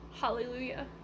Hallelujah